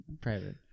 Private